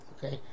Okay